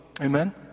Amen